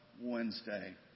Wednesday